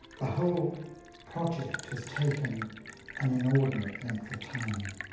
the whole project has taken an inordinate length of time.